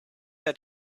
had